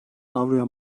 avroya